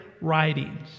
writings